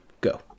Go